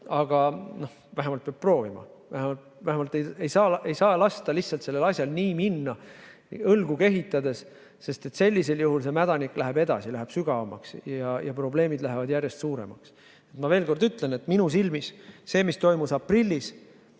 Aga vähemalt peab proovima. Vähemalt ei saa lasta sellel asjal nii minna, õlgu kehitades, sest sellisel juhul see mädanik läheb edasi, see läheb sügavamaks ja probleemid lähevad järjest suuremaks. Ma veel kord ütlen, et minu silmis see, mis toimus aprillis,